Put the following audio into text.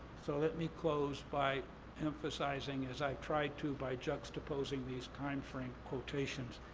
so let me close by emphasizing, as i've tried to by juxtaposing these timeframe quotations,